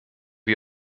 wie